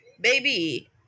baby